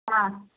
ஆ